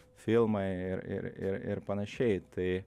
filmai ir ir ir ir panašiai tai